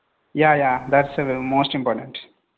yeah yeah thats most important